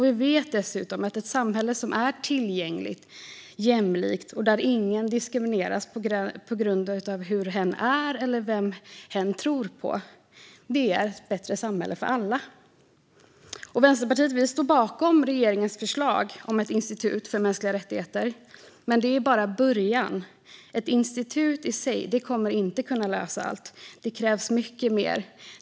Vi vet dessutom att ett samhälle som är tillgängligt, jämlikt och där ingen diskrimineras på grund av hur hen är eller vem hen tror på är ett bättre samhälle för alla. Vänsterpartiet står bakom regeringens förslag om ett institut för mänskliga rättigheter. Men det är bara början. Ett institut i sig kommer inte att kunna lösa allt. Det krävs mycket mer.